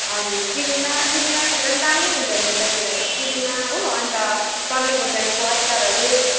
हजुर किनिमा किनामा त झन् दामी हुन्छ नि यतातिरको किनामा हो अन्त डल्ले खोर्सानीको अचारहरू